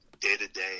day-to-day